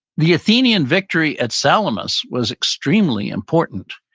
the athenian victory at salamis was extremely important,